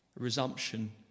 resumption